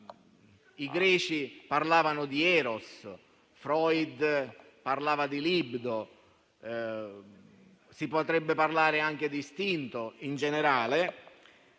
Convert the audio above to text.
I greci parlavano di eros, Freud parlava di libido; si potrebbe parlare anche di istinto in generale